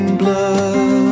blood